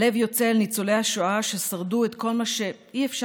הלב יוצא אל ניצולי השואה ששרדו בכל מה שאי-אפשר